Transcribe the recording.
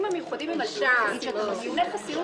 אם הליכוד רוצה החלפה או שינוי בשמות,